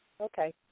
Okay